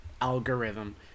algorithm